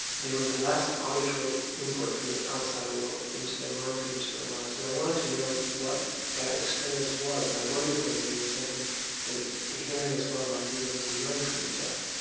there was less auditory input from the outside world into their minds and their lives. and i wanted to know what that experience was, and i wondered whether there was something that the hearing as well might be able to learn from the deaf.